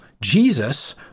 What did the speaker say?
Jesus